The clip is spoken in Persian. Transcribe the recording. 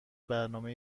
برنامه